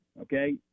okay